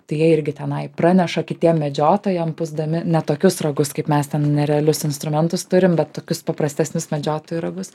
tai jie irgi tenai praneša kitiem medžiotojam pūsdami ne tokius ragus kaip mes ten nerealius instrumentus turim bet tokius paprastesnius medžiotojų ragus